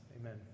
Amen